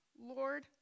Lord